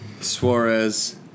Suarez